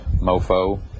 mofo